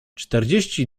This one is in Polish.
czterdzieści